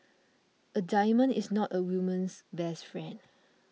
a diamond is not a woman's best friend